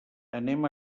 anem